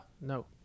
no